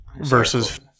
versus